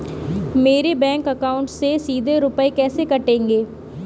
मेरे bank account से सीधे रुपए कैसे कटेंगे?